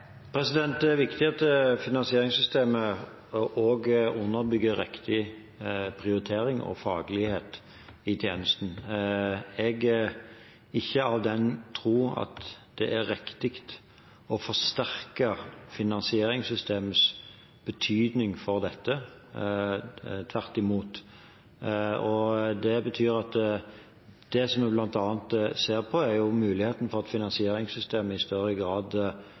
Det er viktig at finansieringssystemet også underbygger riktig prioritering og faglighet i tjenesten. Jeg er ikke av den tro at det er riktig å forsterke finansieringssystemets betydning for dette, tvert imot. Det som vi bl.a. ser på, er muligheten for at finansieringssystemet i større grad